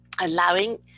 allowing